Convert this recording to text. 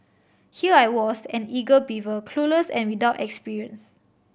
here I was an eager beaver clueless and without experience